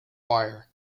wire